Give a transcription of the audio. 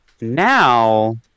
Now